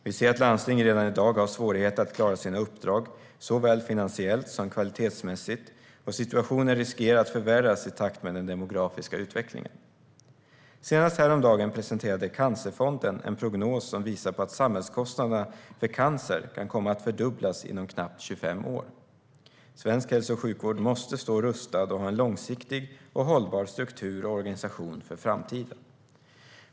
Vi ser att landsting redan i dag har svårigheter att klara sina uppdrag såväl finansiellt som kvalitetsmässigt, och situationen riskerar att förvärras i takt med den demografiska utvecklingen. Senast häromdagen presenterade Cancerfonden en prognos som visar på att samhällskostnaderna för cancer kan komma att fördubblas inom knappt 25 år. Svensk hälso och sjukvård måste stå rustad och ha en långsiktig och hållbar struktur och organisation för framtiden.